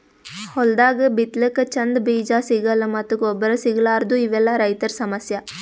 ಹೊಲ್ದಾಗ ಬಿತ್ತಲಕ್ಕ್ ಚಂದ್ ಬೀಜಾ ಸಿಗಲ್ಲ್ ಮತ್ತ್ ಗೊಬ್ಬರ್ ಸಿಗಲಾರದೂ ಇವೆಲ್ಲಾ ರೈತರ್ ಸಮಸ್ಯಾ